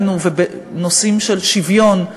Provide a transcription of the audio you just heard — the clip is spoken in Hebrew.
בנושאים של שוויון,